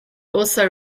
also